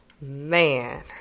Man